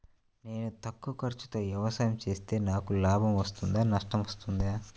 నేను తక్కువ ఖర్చుతో వ్యవసాయం చేస్తే నాకు లాభం వస్తుందా నష్టం వస్తుందా?